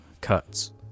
cuts